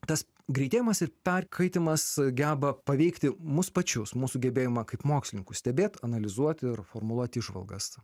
tas greitėjimas ir perkaitimas geba paveikti mus pačius mūsų gebėjimą kaip mokslininkų stebėt analizuot ir formuluot įžvalgas